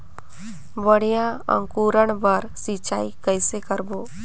बढ़िया अंकुरण बर सिंचाई कइसे करबो?